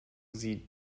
sie